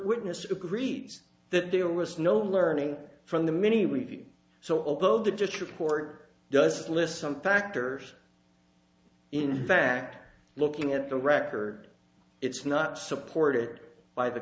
witness who greets that there was no learning from the mini review so although the just report does list some factors in fact looking at the record it's not supported by the